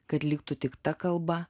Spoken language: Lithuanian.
kad liktų tik ta kalba